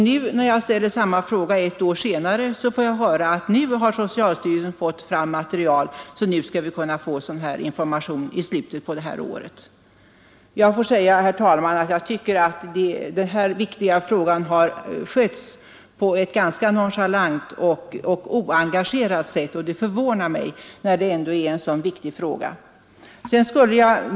När jag ett år senare ställer samma fråga, får jag höra att socialstyrelsen nu har fått fram sådant material, att den skall kunna lämna information i slutet av året. Herr talman! Jag tycker att denna viktiga fråga skötts på ett ganska ans vikt förv nonchalant och oengagerat sätt, vilket med tanke på f mig.